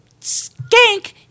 skank